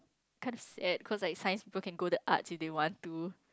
kind of sad cause like science people can go to arts if they want to